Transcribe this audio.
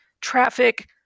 traffic